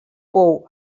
pou